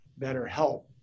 BetterHelp